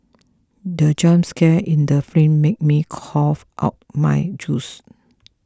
the jump scare in the made me cough out my juice